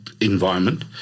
environment